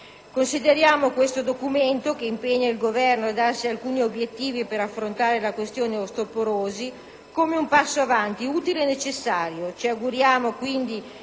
Consideriamo questa mozione, che impegna il Governo a darsi alcuni obiettivi per affrontare la questione osteoporosi, come un passo avanti utile e necessario.